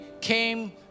came